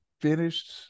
finished